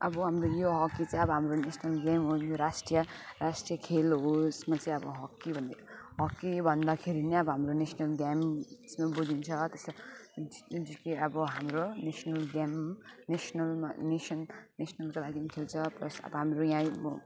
अब हाम्रो यो हकी चाहिँ अब हाम्रो नेसनल गेम हो यो राष्ट्रिय राष्ट्रिय खेल हो यसमा चाहिँ अब हकी भन्ने हकी भन्दाखेरि नै अब हाम्रो नेसनल गेम बुझिन्छ त्यसो अब हाम्रो नेसनल गेम नेसनलमा नेसन नेसनलको लागि खेल्छ प्लस हाम्रो यहाँ